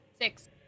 Six